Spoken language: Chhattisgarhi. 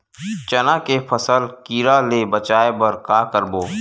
चना के फसल कीरा ले बचाय बर का करबो?